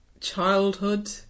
childhood